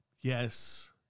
yes